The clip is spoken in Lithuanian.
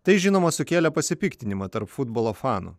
tai žinoma sukėlė pasipiktinimą tarp futbolo fanų